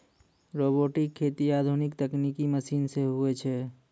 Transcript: robotic खेती आधुनिक तकनिकी मशीन से हुवै छै